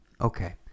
Okay